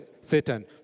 Satan